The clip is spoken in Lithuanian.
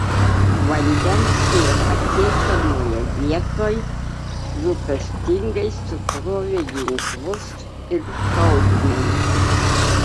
vandens nepasiekiamoje vietoj rūpestingai sukrovė ginklus ir šaudmenis